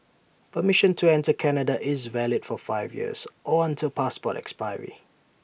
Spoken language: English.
permission to enter Canada is valid for five years or until passport expiry